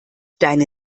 deine